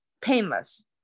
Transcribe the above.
Painless